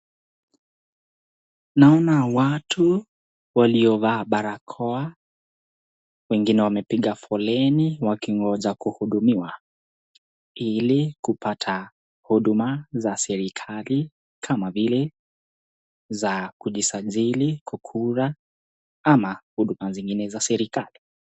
Naona watu walio vaa barakoa wengine wamepiga foleni wakingoja kuhudumiwa ili kupata huduma za serekali kama vile za kujisajili, kupiga kura ama huduma zingine za serekali.